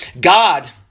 God